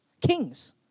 Kings